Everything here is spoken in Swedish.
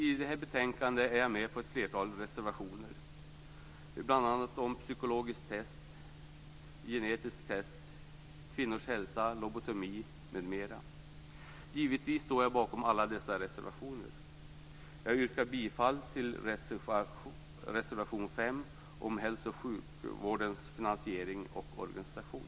I detta betänkande är jag med på ett flertal reservationer, bl.a. om psykologiskt test, genetiskt test, kvinnors hälsa, lobotomi, m.fl. Givetvis står jag bakom alla dessa reservationer. Jag yrkar bifall till reservation 5 om hälso och sjukvårdens finansiering och organisation.